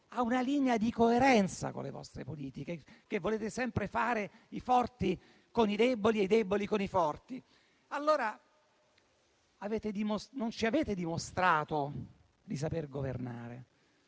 ha una linea di coerenza con le vostre politiche, perché volete sempre fare i forti con i deboli e i deboli con i forti. Non ci avete dimostrato di saper governare,